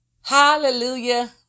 Hallelujah